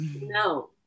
No